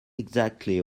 exactly